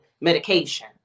medication